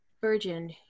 Virgin